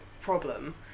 problem